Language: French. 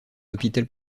hôpital